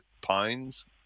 pines